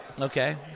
Okay